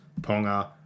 Ponga